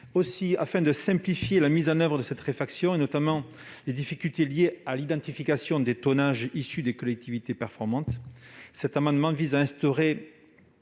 Afin de simplifier la mise en oeuvre de cette réfaction, et notamment les difficultés liées à l'identification des tonnages issus des collectivités performantes, nous proposons d'instaurer